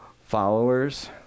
followers